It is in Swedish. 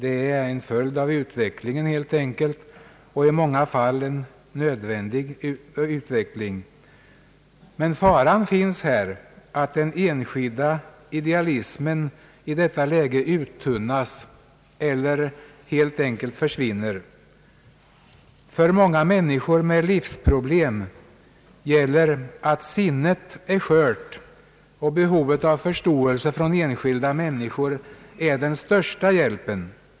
Det är en följd av utvecklingen helt enkelt, och i många fall en nödvändig utveckling. Faran finns emellertid att den enskilda idealismen i detta läge uttunnas eller helt enkelt försvinner. För många människor med livsproblem gäller att sinnet är skört och att förståelsen från enskilda människor är den största hjälpen.